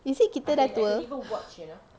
is it kita dah tua